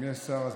אם יש שר,